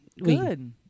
Good